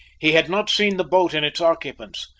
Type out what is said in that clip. he had not seen the boat and its occupants,